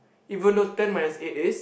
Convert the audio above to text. even though ten minus eight is